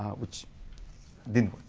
which didn't.